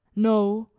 no,